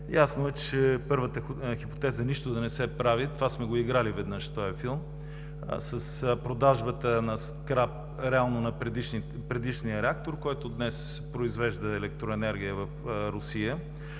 ясно е, че първата хипотеза – нищо да не се прави, веднъж сме го играли този филм с продажбата на скрап на предишния реактор, който днес произвежда електроенергия в Русия.